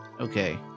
Okay